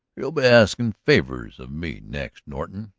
you'll be asking favors of me next, norton,